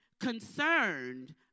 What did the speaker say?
concerned